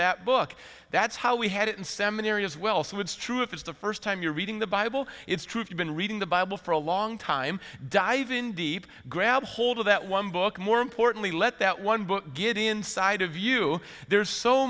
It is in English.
that book that's how we had it in seminary as well so it's true if it's the first time you're reading the bible it's true if you've been reading the bible for a long time dive in deep grab hold of that one book more importantly let that one book get inside of you there's so